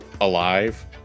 alive